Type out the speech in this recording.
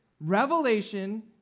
revelation